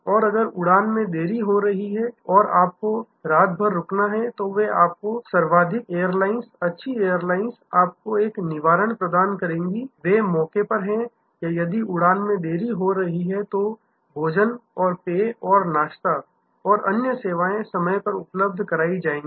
और अगर उड़ान में देरी हो रही है और आपको रात भर रुकना है तो वे आपको सर्वाधिक एयरलाइंस अच्छी एयरलाइंस आपको एक निवारण प्रदान करेगी वे मौके पर हैं या यदि उड़ान में देरी हो रही है तो भोजन और पेय और नाश्ता और अन्य सेवाएं समय पर उपलब्ध कराई जाएंगी